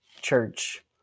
church